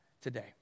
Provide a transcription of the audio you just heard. today